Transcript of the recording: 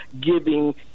giving